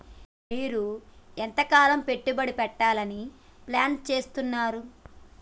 మీరు ఎంతకాలం పెట్టుబడి పెట్టాలని ప్లాన్ చేస్తున్నారు?